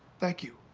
thank you.